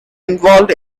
involved